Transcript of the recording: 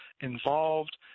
involved